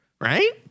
right